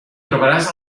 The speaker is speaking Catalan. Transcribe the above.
trobaràs